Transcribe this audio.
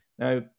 Now